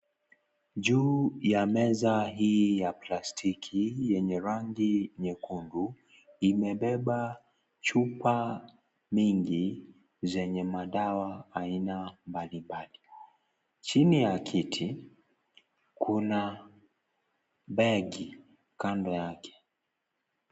Juu ya meza hii ya plastiki yenye rangi nyekundu imebeba chupa mingi zenye madawa aina mbali mbali, chini ya kiti kuna begi kando yake.